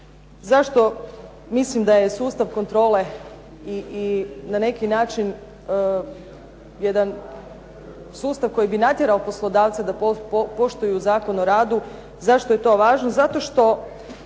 Zašto mislim da je sustav kontrole i na neki način jedan sustav koji bi natjerao poslodavce da poštuju Zakon o radu, zašto je to važno?